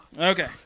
Okay